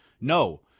No